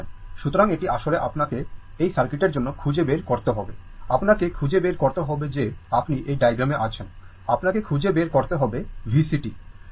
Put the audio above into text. সুতরাং এটি আসলে আপনাকে এই সার্কিটের জন্য খুঁজে বের করতে হবে আপনাকে খুঁজে বের করতে হবে যে আপনি এই ডায়াগ্রামে আছেন আপনাকে খুঁজে বের করতে হবে VCt